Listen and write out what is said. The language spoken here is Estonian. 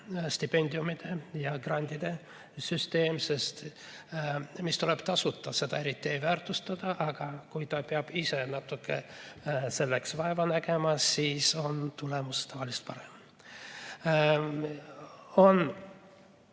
stipendiumide ja grantide süsteem, sest mis tuleb tasuta, seda eriti ei väärtustata, aga kui ta peab ise natuke vaeva nägema, siis on tulemus tavaliselt parem.